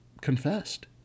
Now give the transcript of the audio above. confessed